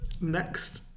next